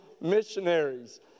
missionaries